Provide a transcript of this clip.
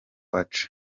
aca